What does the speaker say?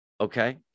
okay